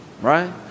right